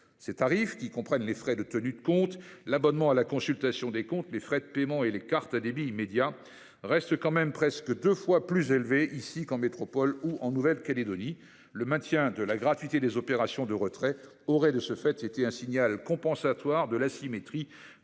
Ces frais, qui comprennent les frais de tenue de compte, l'abonnement à la consultation des comptes, les frais de paiement et les cartes à débit immédiat restent tout de même deux fois plus élevés là-bas qu'ici en métropole ou qu'en Nouvelle-Calédonie. Le maintien de la gratuité des opérations de retrait aurait de ce fait été un moyen de compenser l'asymétrie